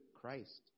Christ